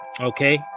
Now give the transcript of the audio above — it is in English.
Okay